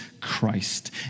Christ